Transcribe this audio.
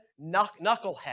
knucklehead